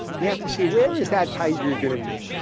you have to see, where is that tiger going to be?